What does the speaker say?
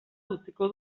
utziko